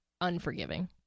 unforgiving